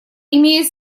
имеет